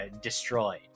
destroyed